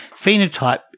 Phenotype